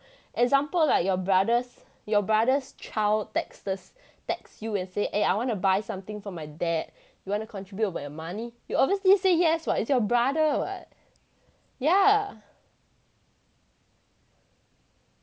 example like your brother's your brother's child texts~ text you and say eh I want to buy something for my dad you want to contribute a bit of your money you obviously say yes [what] is your brother [what] yeah